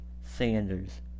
Sanders